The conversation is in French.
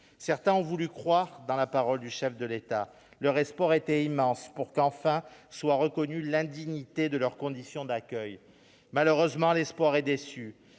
Certains ont voulu croire en la parole du chef de l'État. Leur espoir était immense, pour qu'enfin soit reconnue l'indignité de leurs conditions d'accueils. Malheureusement, cet espoir est déçu.